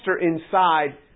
inside